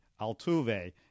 Altuve